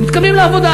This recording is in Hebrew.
הם מתקבלים לעבודה,